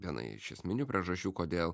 viena iš esminių priežasčių kodėl